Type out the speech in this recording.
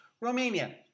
Romania